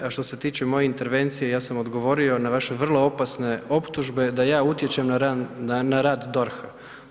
A što se tiče moje intervencije ja sam odgovorio na vaše vrlo opasne optužbe da ja utječem na rad DORH-a.